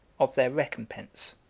of their recompense.